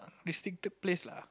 restricted place lah